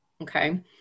Okay